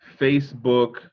Facebook